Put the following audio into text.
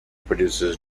produces